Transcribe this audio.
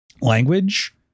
language